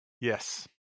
Yes